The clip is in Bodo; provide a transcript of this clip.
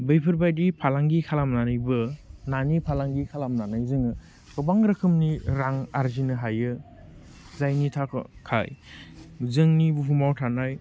बैफोरबायदि फालांगि खालामनानैबो नानि फालांगि खालामनानै जोङो गोबां रोखोमनि रां आरजिनो हायो जायनि थाखाय जोंनि बुहुमाव थानाय